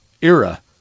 era